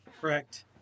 Correct